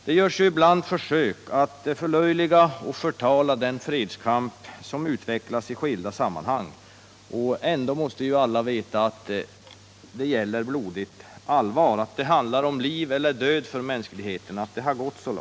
Det görs ibland försök att förlöjliga och förtala den fredskamp som förs i skilda sammanhang, trots att alla ändå måste veta att det gäller blodigt allvar, att det har gått så långt att det handlar om liv eller död för människor.